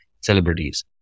celebrities